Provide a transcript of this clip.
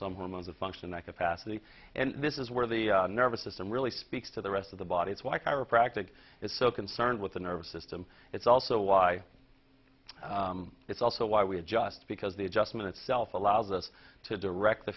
hormones that function that capacity and this is where the nervous system really speaks to the rest of the body it's why chiropractic is so concerned with the nervous system it's also why it's also why we adjust because the adjustment itself allows us to direct the